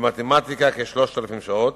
למתמטיקה, כ-3,000 שעות,